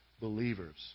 believers